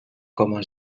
coma